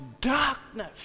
darkness